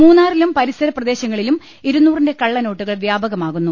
മൂന്നാറിലും പരിസരപ്രദേശങ്ങളിലും ഇരുന്നൂറിന്റെ കള്ളനോട്ടുകൾ വ്യാപകമാകുന്നു